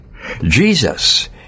Jesus